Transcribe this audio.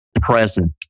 present